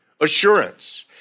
assurance